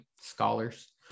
scholars